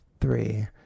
three